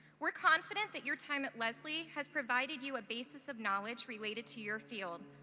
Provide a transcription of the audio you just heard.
we're confident that your time at lesley has provided you a basis of knowledge related to your field,